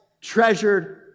treasured